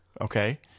okay